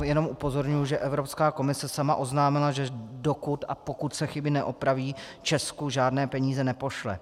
Jen upozorňuji, že Evropská komise sama oznámila, že dokud a pokud se chyby neopraví, Česku žádné peníze nepošle.